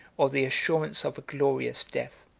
or the assurance of a glorious death.